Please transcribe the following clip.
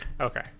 Okay